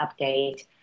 update